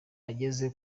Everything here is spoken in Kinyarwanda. yageze